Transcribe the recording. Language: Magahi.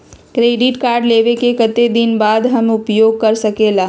क्रेडिट कार्ड लेबे के कतेक दिन बाद हम उपयोग कर सकेला?